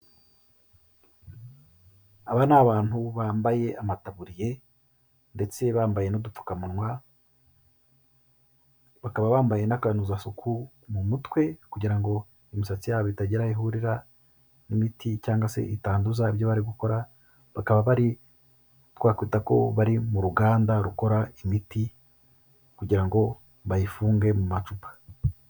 Aba ni abantu bambaye amataburiye ndetse bambaye n'udupfukamunwa, bakaba bambaye n'akanozasuku mu mutwe kugira ngo imisatsi yabo itagira aho ihurira n'imiti cyangwa se itanduza ibyo bari gukora, bakaba bari twakwita ko bari mu ruganda rukora imiti kugira ngo bayifunge mu macupa.